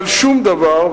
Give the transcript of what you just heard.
אבל שום דבר,